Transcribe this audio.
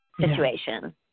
situation